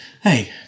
Hey